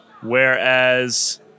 whereas